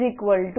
122